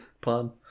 pun